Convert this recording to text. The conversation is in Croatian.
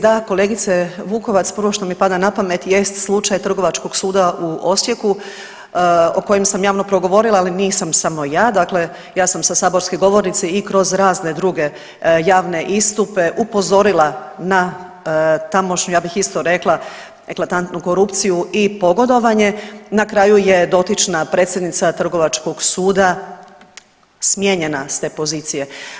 Da, kolegice Vukovac prvo što mi pada na pamet jest slučaj Trgovačkog suda u Osijeku o kojem sam javno progovorila, ali nisam samo ja, dakle ja sam sa saborske govornice i kroz razne druge javne istupe upozorila na tamošnju ja bih isto rekla eklatantnu korupciju i pogodovanje, na kraju je dotična predsjednica trgovačkog suda smijenjena s te pozicije.